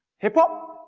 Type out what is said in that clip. hip hop?